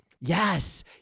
yes